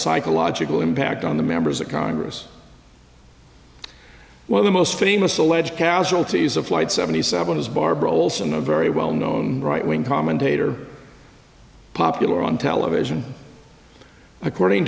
psychological impact on the members of congress well the most famous alleged casualties of flight seventy seven is barbara olson a very well known right wing commentator popular on television according